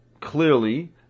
clearly